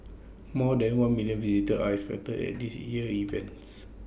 more than one million visitors ice expected at this year's events